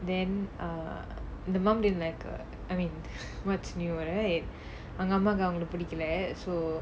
then err the mum didn't like her I mean what's new right அவங்க அம்மாக்கு அவங்கள பிடிக்கல:avanga ammakku avangala pidikala so